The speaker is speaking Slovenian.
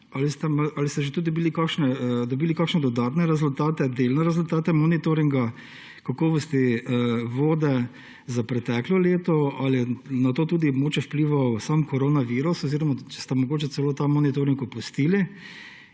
Ali ste dobili kakšne dodatne rezultate, delne rezultate monitoringa kakovosti vode za preteklo leto? Ali je na to mogoče vplival tudi sam koronavirus oziroma če sta mogoče celo ta monitoring opustili?